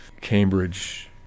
Cambridge